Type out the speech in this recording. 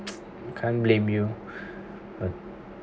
can't blame you uh